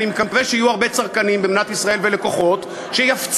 אני מקווה שיהיו הרבה צרכנים במדינת ישראל ולקוחות שיפציצו